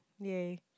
yay